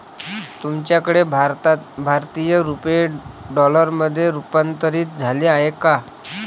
तुमच्याकडे भारतीय रुपये डॉलरमध्ये रूपांतरित झाले आहेत का?